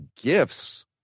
gifts